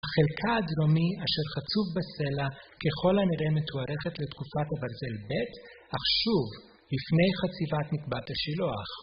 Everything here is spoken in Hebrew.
החלקה הדרומי אשר חצוב בסלע ככל הנראה מתוארכת לתקופת הברזל ב', אך שוב לפני חציבת נקבת השילוח.